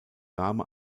dame